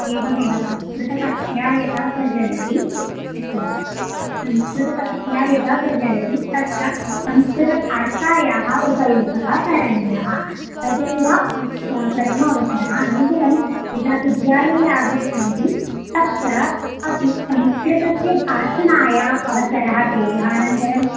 एवमेव संस्कृतकक्षा यदा प्रचलति अस्तु संस्कृतकक्षा यदा प्रचलति तत्र संस्कृतभाषायाः उपयोगः करणीयः तदेव प्रथमः अवसरः अनन्तरं यदा विद्यालये आगच्छन्ति तत्र अपि संस्कृतस्य भाषणाय अवसरः देयः अनन्तरम्